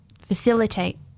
facilitate